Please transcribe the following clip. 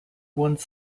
one